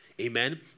amen